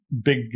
big